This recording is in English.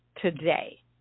today